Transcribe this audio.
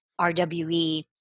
RWE